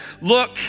look